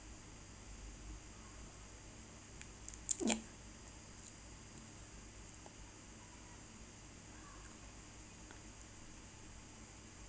ya